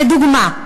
לדוגמה,